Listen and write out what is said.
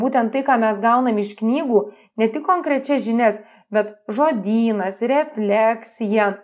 būtent tai ką mes gaunam iš knygų ne tik konkrečias žinias bet žodynas refleksija